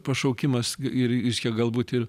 pašaukimas ir iškia galbūt ir